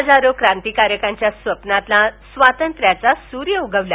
हजारो क्रांतिकारकांच्या स्वप्नातला स्वातंत्र्याचा सूर्य उगवला